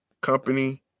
Company